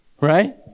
Right